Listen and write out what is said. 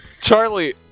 charlie